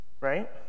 right